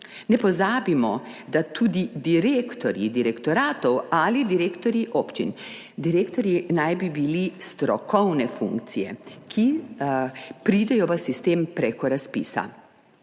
ne pozabimo, da tudi direktorji direktoratov ali direktorji občin. Direktorji naj bi bili strokovne funkcije, ki pridejo v sistem prek razpisa.